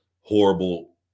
horrible